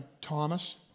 Thomas